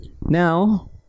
Now